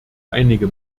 einige